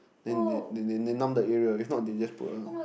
then then then then then they numb the area if not they just put a